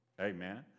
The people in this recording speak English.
Amen